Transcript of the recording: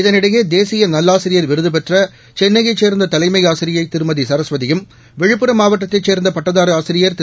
இதனிடையே தேசிய நல்லாசிரியர் விருதபெற்ற சென்னையைச் சேர்ந்த தலைமை ஆசிரியை திருமதி ஏஸ்வதியும் விழுப்புரம் மாவட்டத்தைச் சேர்ந்த பட்டதாரி ஆசிரியர் திரு